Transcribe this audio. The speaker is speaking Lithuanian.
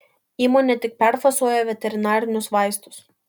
įmonė tik perfasuoja veterinarinius vaistus